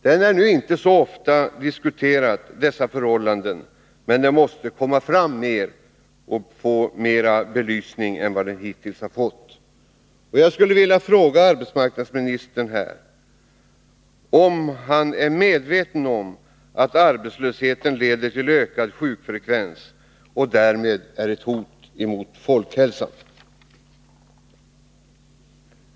Den frågan blir inte ofta diskuterad, men den måste bli mer belyst än den hittills varit. Jag skulle därför vilja fråga arbetsmarknadsministern om han är medveten om att arbetslösheten leder till ökad sjukfrekvens och att den därmed är ett hot mot folkhälsan.